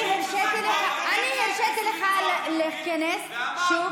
אני לא רוצה לקרוא אותך בקריאה ראשונה.